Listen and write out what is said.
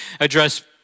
address